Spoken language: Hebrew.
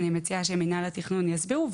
אני מציעה שמינהל התכנון יסבירו,